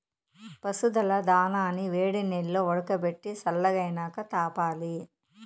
పశువుల దానాని వేడినీల్లో ఉడకబెట్టి సల్లగైనాక తాపాలి